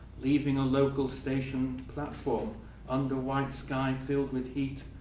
leaving a local station platform under white sky and filled with heat,